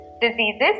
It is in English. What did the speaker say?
diseases